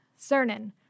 Cernan